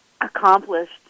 accomplished